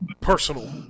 personal